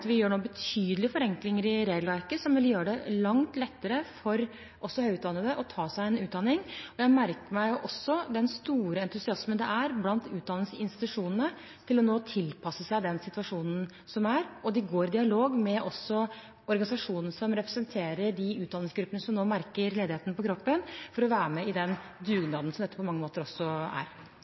vi nå gjør betydelige forenklinger i regelverket, som vil gjøre det langt lettere, også for høyt utdannede, å ta en utdanning. Jeg merker meg også den store entusiasmen blant utdanningsinstitusjonene til nå å tilpasse seg den situasjonen vi er i. De går også i dialog med organisasjonene som representerer de utdanningsgruppene som nå merker ledigheten på kroppen, for å være med i den dugnaden som dette på mange måter også er.